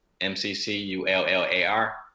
M-C-C-U-L-L-A-R